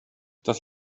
das